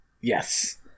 Yes